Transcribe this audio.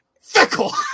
Fickle